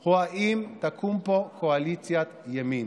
או האם תקום פה קואליציית ימין.